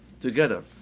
together